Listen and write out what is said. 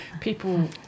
People